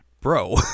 bro